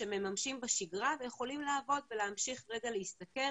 שמממשים בשגרה ויכולים לעבוד ולהמשיך להשתכר